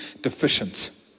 deficient